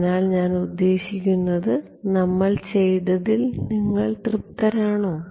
അതിനാൽ ഞാൻ ഉദ്ദേശിക്കുന്നത് നമ്മൾ ചെയ്തതിൽ നിങ്ങൾ തൃപ്തരാണോ